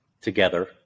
together